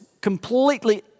completely